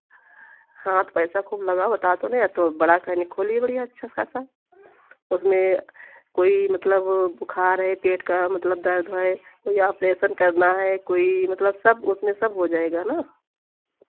हाँ पैसा खूब लगाओ बता तो रहे हैं तो बड़ा क्लिनिक खोलिए बढ़ियाँ अच्छा सा उसमें कोई मतलब बुखार है पेट का मतलब दर्द है कोई ऑपरेशन करना है कोई मतलब सब उसमें सब हो जाएगा ना